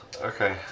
Okay